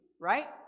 right